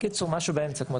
בקיצור משהו באמצע.